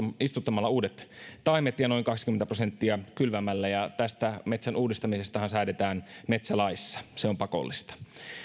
istuttamalla uudet taimet ja noin kaksikymmentä prosenttia kylvämällä ja tästä metsän uudistamisestahan säädetään metsälaissa se on pakollista